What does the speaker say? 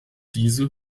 diese